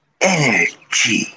energy